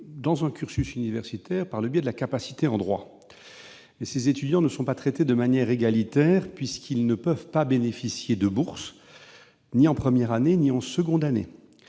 dans un cursus universitaire, par le biais de la capacité en droit. Or ces étudiants ne sont pas traités de manière égalitaire, puisqu'ils ne peuvent pas bénéficier d'une bourse, ni en première ni en seconde années.